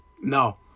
No